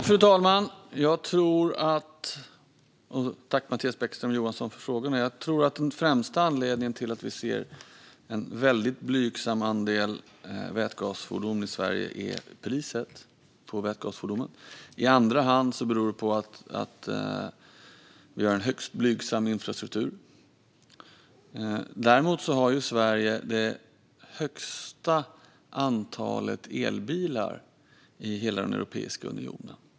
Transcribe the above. Fru talman! Den främsta anledningen till att vi ser en blygsam andel vätgasfordon i Sverige är priset på dessa fordon. I andra hand beror det på att vi har en högst blygsam infrastruktur. Sverige har dock högst antal elbilar i hela Europeiska unionen.